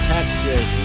Texas